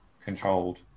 controlled